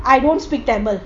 I don't speak tamil